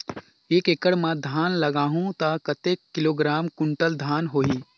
एक एकड़ मां धान लगाहु ता कतेक किलोग्राम कुंटल धान होही?